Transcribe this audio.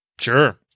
Sure